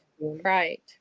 right